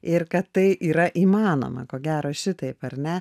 ir kad tai yra įmanoma ko gero šitaip ar ne